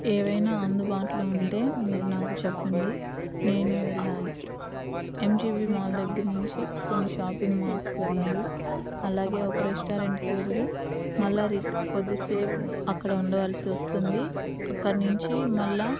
ఏవైనా అందుబాటులో ఉంటే మీరు నాకు చెప్పండి నేను వెళ్ళాలి ఎం జీ బీ మాల్ దగ్గర నుంచి కొన్ని షాపింగ్ మాల్స్కు వెళ్ళాలి అలాగే ఒక రెస్టారెంట్కి వెళ్ళి మళ్ళీ రిట్ కొద్దిసేపు అక్కడ ఉండవలసి వస్తుంది అక్కడి నుంచి మళ్ళీ